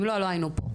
אם לא, לא היינו פה.